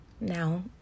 now